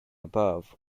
above